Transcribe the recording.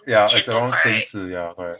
yeah 那时候千四 yeah correct